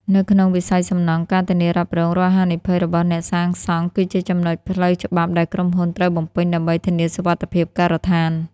នៅក្នុងវិស័យសំណង់ ការធានារ៉ាប់រង រាល់ហានិភ័យរបស់អ្នកសាងសង់គឺជា ចំណុច ផ្លូវច្បាប់ដែលក្រុមហ៊ុនត្រូវបំពេញដើម្បីធានាសុវត្ថិភាពការដ្ឋាន។